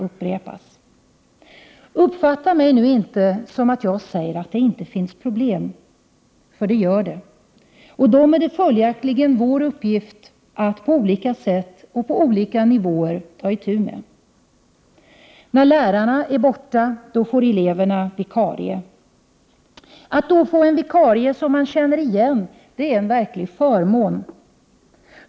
Men uppfatta inte detta så, att jag skulle mena att det inte finns några problem — för sådana finns det ju. Följaktligen är det vår uppgift att på olika sätt och på olika nivåer ta itu med dessa problem. När en lärare är borta får eleverna en vikarie. Att då få en vikarie som eleverna känner igen är verkligen en förmån.